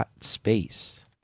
space